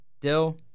dill